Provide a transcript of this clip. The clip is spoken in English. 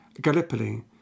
Gallipoli